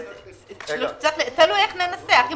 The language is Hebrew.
תלוי איך ננסח.